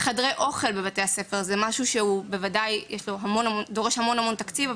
חדרי אוכל בבתי ספר: זה משהו שהוא בוודאי דורש המון תקציב,